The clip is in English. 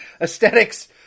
Aesthetics